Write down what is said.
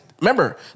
Remember